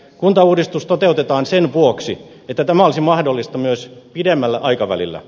kuntauudistus toteutetaan sen vuoksi että tämä olisi mahdollista myös pidemmällä aikavälillä